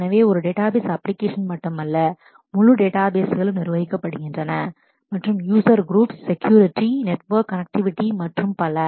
எனவே இது ஒரு டேட்டாபேஸ் அப்ளிகேஷன் மட்டுமல்ல முழு டேட்டாபேஸ்களும் நிர்வகிக்கபடுகின்றன மற்றும் user groups user groups security security network connectivity network connectivity மற்றும் பல